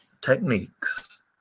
techniques